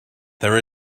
there